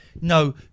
no